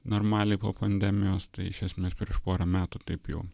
normaliai po pandemijos tai iš esmės prieš porą metų taip jau